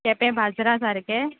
केंपे बाज्रा सारकें